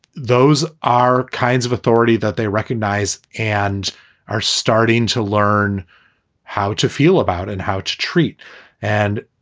those are kinds of authority that they recognize and are starting to learn how to feel about and how to treat and.